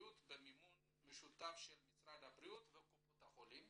הבריאות במימון משותף של משרד הבריאות וקופות החולים